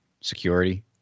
security